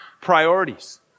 priorities